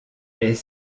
est